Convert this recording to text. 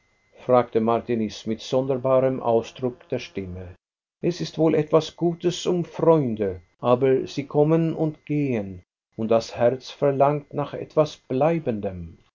fragte martiniz mit sonderbarem ausdruck der stimme es ist wohl etwas gutes um freunde aber sie kommen und gehen und das herz verlangt nach etwas bleibendem